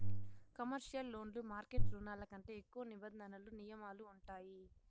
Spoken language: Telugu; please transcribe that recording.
కమర్షియల్ లోన్లు మార్కెట్ రుణాల కంటే ఎక్కువ నిబంధనలు నియమాలు ఉంటాయి